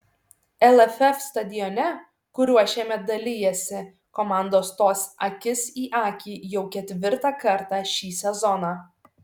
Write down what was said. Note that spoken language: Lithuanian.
lff stadione kuriuo šiemet dalijasi komandos stos akis į akį jau ketvirtą kartą šį sezoną